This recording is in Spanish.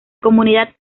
comunidad